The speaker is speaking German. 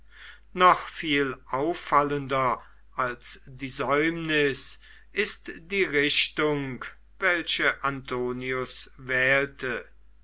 noch viel auffallender als die säumnis ist die richtung welche antonius wählte